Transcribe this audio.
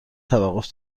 توقف